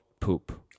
poop